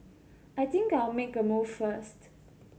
I think I'll make a move first